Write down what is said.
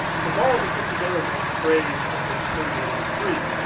and to borrow the solicitor general's own phrase from page thirty eight of his brief,